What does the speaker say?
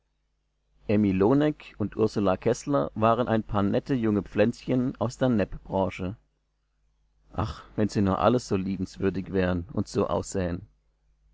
und ursula keßler waren ein paar nette junge pflänzchen aus der neppbranche ach wenn sie nur alle so liebenswürdig wären und so aussähen